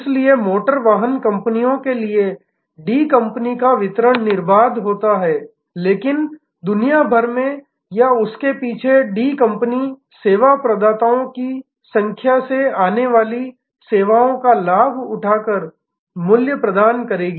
इसलिए मोटर वाहन कंपनियों के लिए डी कंपनी का वितरण निर्बाध होती है लेकिन दुनिया भर में या उसके पीछे डी कंपनी सेवा प्रदाताओं की संख्या से आने वाली सेवाओं का लाभ उठाकर मूल्य प्रदान करेगी